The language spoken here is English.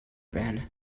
ben